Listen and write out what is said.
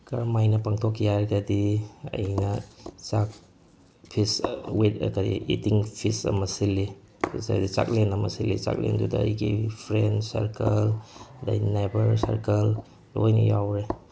ꯀꯔꯝ ꯃꯥꯏꯅ ꯄꯥꯡꯊꯣꯛꯈꯤ ꯍꯥꯏꯔꯒꯗꯤ ꯑꯩꯅ ꯆꯥꯛ fish with curry eating fish ꯑꯃ ꯁꯤꯜꯂꯤ ꯑꯩꯈꯣꯏ ꯁ꯭ꯋꯥꯏꯗ ꯆꯥꯛꯂꯦꯟ ꯑꯃ ꯁꯤꯜꯂꯤ ꯆꯥꯛꯂꯦꯟꯗꯨꯗ ꯑꯩꯒꯤ ꯐ꯭ꯔꯦꯟꯁ ꯁꯥꯔꯀꯜ ꯑꯗꯒꯤ ꯅꯥꯏꯕꯔ ꯁꯥꯔꯀꯜ ꯂꯣꯏꯅ ꯌꯥꯎꯔꯦ